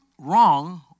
wrong